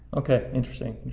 okay, interesting,